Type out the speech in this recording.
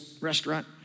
restaurant